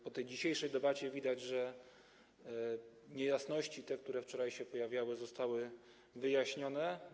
Po tej dzisiejszej debacie widać, że niejasności, które wczoraj się pojawiały, zostały wyjaśnione.